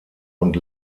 und